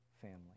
family